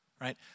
Right